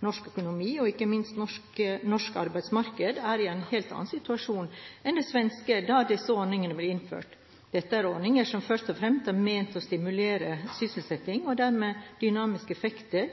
Norsk økonomi, og ikke minst norsk arbeidsmarked, er i en helt annen situasjon enn Sverige var i da disse ordningene ble innført. Dette er ordninger som først og fremst er ment for å stimulere sysselsetting og dermed gi dynamiske effekter,